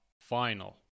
final